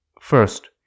first